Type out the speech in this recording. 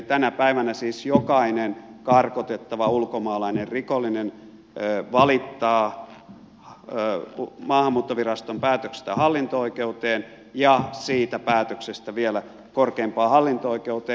tänä päivänä siis jokainen karkotettava ulkomaalainen rikollinen valittaa maahanmuuttoviraston päätöksestä hallinto oikeuteen ja siitä päätöksestä vielä korkeimpaan hallinto oikeuteen